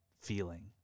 feeling